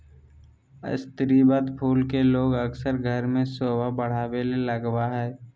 स्रीवत फूल के लोग अक्सर घर में सोभा बढ़ावे ले लगबा हइ